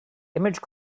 image